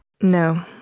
no